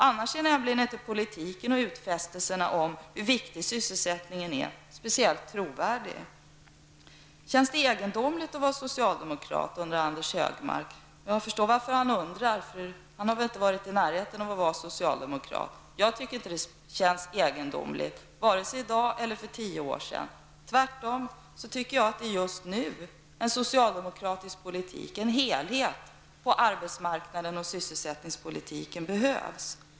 Annars är nämligen inte politiken och utfästelserna om hur viktig sysselsättningen är speciellt trovärdiga. Känns det egendomligt att vara socialdemokrat? undrade Anders G Högmark. Jag förstår varför han undrar, för han har väl inte varit i närheten av att vara socialdemokrat. Jag tycker inte att det känns egendomligt, vare sig i dag eller för tio år sedan. Tvärtom tycker jag att det är just nu en socialdemokratisk politik behövs, med en helhetssyn på arbetsmarknads och sysselsättningspolitiken.